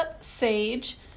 sage